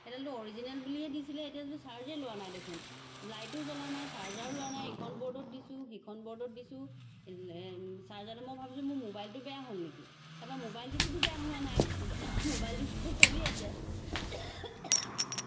সেইডালতো original বুলিয়েই দিছিলে এতিয়াতো চাৰ্জে লোৱা নাই দেখোন লাইটো জ্বলা নাই চাৰ্জাৰো লোৱা নাই ইখন বৰ্ডত দিছো সিখন বৰ্ডত দিছো চাৰ্জাৰডাল মই ভাবিছো মোৰ মোবাইলটো বেয়া হ'ল নেকি তাৰপৰা মোবাইলটোতো বেয়া হোৱা নাই মোবাইলটোতো চলি আছে